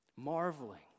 marveling